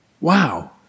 Wow